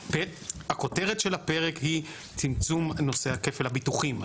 הכותרת של הפרק היא צמצום נושא כפל הביטוחים.